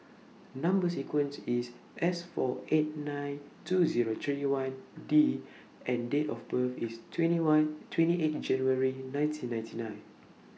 Number sequence IS S four eight nine two Zero three one D and Date of birth IS twenty one twenty eight January nineteen ninety nine